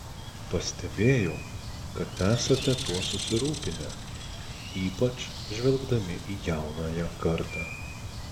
pastebėjau kad esate tuo susirūpinę ypač žvelgdami į jaunąją kartą